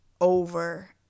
Over